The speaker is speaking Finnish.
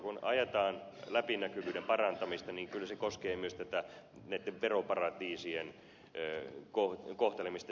kun ajetaan läpinäkyvyyden parantamista niin kyllä se koskee myös näitten veroparatiisien kohtelemista